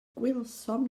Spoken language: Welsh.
gwelsom